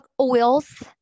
oils